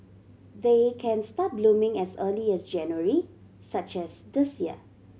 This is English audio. they can start blooming as early as January such as this year